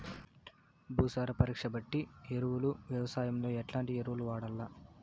భూసార పరీక్ష బట్టి ఎరువులు వ్యవసాయంలో ఎట్లాంటి ఎరువులు వాడల్ల?